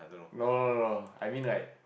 no no no no I mean like